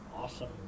awesome